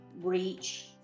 reach